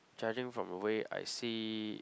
judging from the way I see